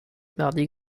mardi